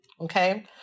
Okay